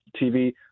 TV